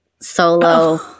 Solo